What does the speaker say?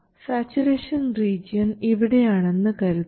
saturation region ഇവിടെയാണെന്ന് കരുതുക